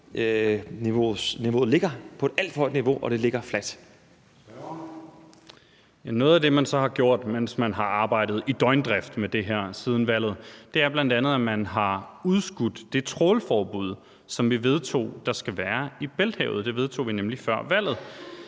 Gade): Spørgeren. Kl. 13:39 Carl Valentin (SF): Ja, noget af det, man så har gjort, mens man har arbejdet i døgndrift med det her siden valget, er bl.a., at man har udskudt det trawlforbud, som vi vedtog der skal være i Bælthavet. Det vedtog vi nemlig før valget.